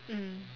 mm